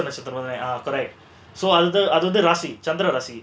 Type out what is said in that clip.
நட்சத்திரம்:natchathiram ah correct so அது வந்து ராசி சந்திர ராசி:adhu vandhu rasi chanthira rasi